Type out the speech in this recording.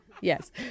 Yes